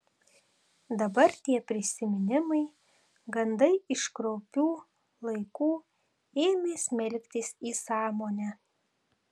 dabar tie prisiminimai gandai iš kraupių laikų ėmė smelktis į sąmonę